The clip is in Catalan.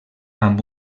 amb